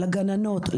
לגננות,